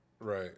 Right